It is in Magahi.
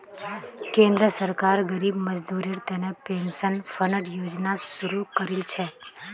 केंद्र सरकार गरीब मजदूरेर तने पेंशन फण्ड योजना शुरू करील छेक